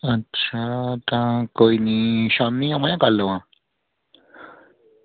अच्छा तां कोई निं शामीं आवां जां कल्ल आवां